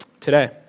today